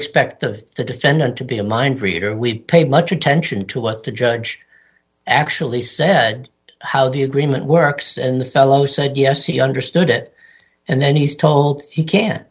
expect that the defendant to be a mind reader we pay much attention to what the judge actually said how the agreement works and the fellow said yes he understood it and then he's told he can't